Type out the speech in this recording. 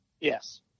yes